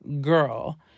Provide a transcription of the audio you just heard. girl